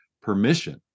permission